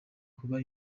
kuba